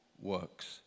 works